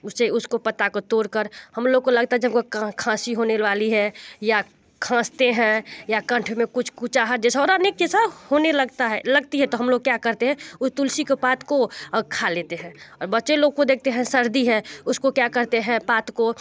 उससे उसको पत्ता को तोड़ कर हम लोगों लगता जब वो खाँसी होने वाली है या खाँसते हैं या कंठ में कुछ कुचाहा जैसा और आपने एक जेसा होने लगता है लगती है तो हम लोग क्या करते हैं वो तुलसी के पात को खा लेते हैं और बच्चे लोग को देखते हैं सर्दी है उसको क्या कहते हैं पात को